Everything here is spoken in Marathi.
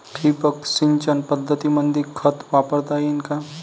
ठिबक सिंचन पद्धतीमंदी खत वापरता येईन का?